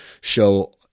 show